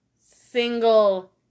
single